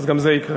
אז גם זה יקרה.